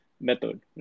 method